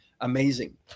amazing